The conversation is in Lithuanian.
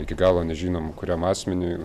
iki galo nežinom kuriam asmeniui